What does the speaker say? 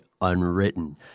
unwritten